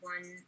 One